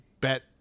bet